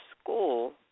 school